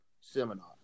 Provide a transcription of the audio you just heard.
seminar